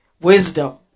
wisdom